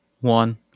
one